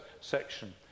section